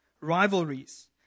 rivalries